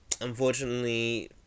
unfortunately